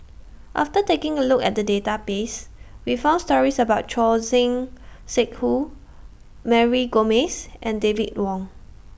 after taking A Look At The Database We found stories about Choor Singh Sidhu Mary Gomes and David Wong